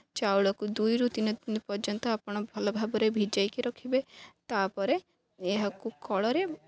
ଚାଉଳକୁ ଦୁଇରୁ ତିନି ଦିନ ପର୍ଯ୍ୟନ୍ତ ଆପଣ ଭଲ ଭାବରେ ଭିଜାଇକି ରଖିବେ ତା'ପରେ ଏହାକୁ କଳରେ